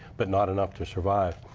but not enough to survive.